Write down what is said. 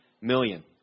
million